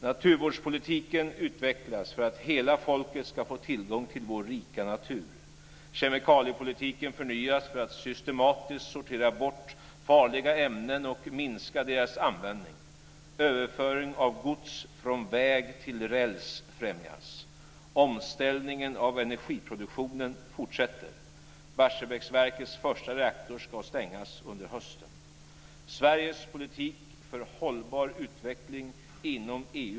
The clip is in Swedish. Naturvårdspolitiken utvecklas för att hela folket ska få tillgång till vår rika natur. Kemikaliepolitiken förnyas för att systematiskt sortera bort farliga ämnen och minska deras användning. Överföring av gods från väg till räls främjas. Omställningen av energiproduktionen fortsätter.